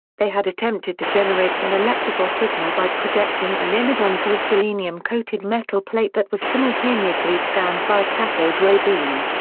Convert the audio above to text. they had attempted to generate an electrical signal by projecting an image onto a selenium-coated metal plate that was simultaneously scanned by a cathode ray beam.